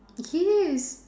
yes